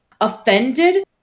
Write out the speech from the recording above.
offended